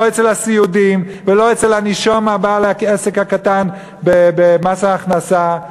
לא אצל הסיעודיים ולא אצל הנישום בעל העסק הקטן במס ההכנסה.